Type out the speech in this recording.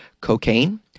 cocaine